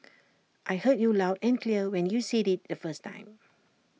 I heard you loud and clear when you said IT the first time